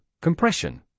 compression